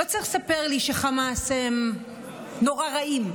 לא צריך לספר לי שחמאס הם נורא רעים.